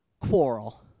quarrel